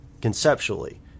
conceptually